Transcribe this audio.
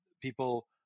people